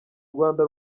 rwanda